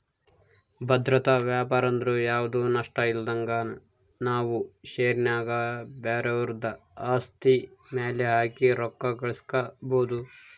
ಭದ್ರತಾ ವ್ಯಾಪಾರಂದ್ರ ಯಾವ್ದು ನಷ್ಟಇಲ್ದಂಗ ನಾವು ಷೇರಿನ್ಯಾಗ ಬ್ಯಾರೆವುದ್ರ ಆಸ್ತಿ ಮ್ಯೆಲೆ ಹಾಕಿ ರೊಕ್ಕ ಗಳಿಸ್ಕಬೊದು